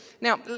Now